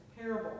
parable